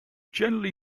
generally